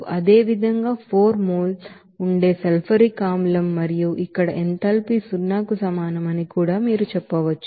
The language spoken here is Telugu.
అదేవిధంగా 4 మోల్ ఉండే సల్ఫ్యూరిక్ ఆమ్లం మరియు ఇక్కడ ఎంథాల్పీ సున్నాకు సమానమని కూడా మీరు చెప్పవచ్చు